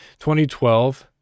2012